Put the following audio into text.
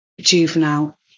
juvenile